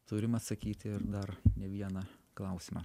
turim atsakyti ir dar ne vieną klausimą